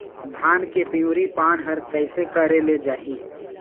धान के पिवरी पान हर कइसे करेले जाही?